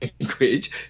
language